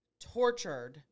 Tortured